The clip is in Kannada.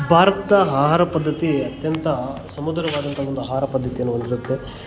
ಭಾರತ್ದ ಆಹಾರ ಪದ್ಧತಿ ಅತ್ಯಂತ ಸುಮಧುರವಾದಂಥ ಒಂದು ಆಹಾರ ಪದ್ಧತಿಯನ್ನು ಹೊಂದಿರುತ್ತೆ